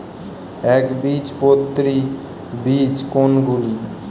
একবীজপত্রী বীজ কোন গুলি?